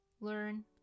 learn